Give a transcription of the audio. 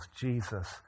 Jesus